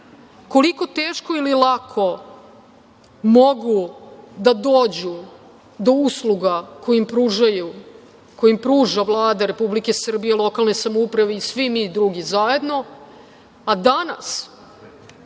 koliko teško ili lako mogu da dođu do usluga koje im pruža Vlada Republike Srbije, lokalne samouprave i svi mi drugi zajedno, a danas,